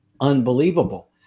unbelievable